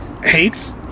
hates